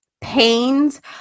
pains